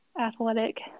athletic